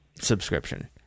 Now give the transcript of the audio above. subscription